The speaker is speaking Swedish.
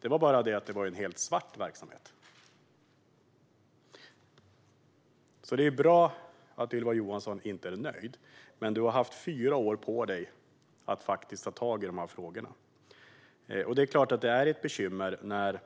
Det var bara det att det var en helt svart verksamhet. Det är bra att Ylva Johansson inte är nöjd, men du har haft fyra år på dig att faktiskt ta tag i de här frågorna. Det är klart att det är ett bekymmer att